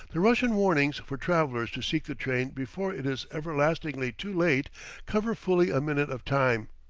the russian warnings for travellers to seek the train before it is everlastingly too late cover fully a minute of time.